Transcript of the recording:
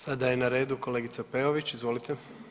Sada je na redu kolegica Peović, izvolite.